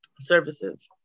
services